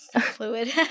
Fluid